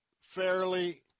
fairly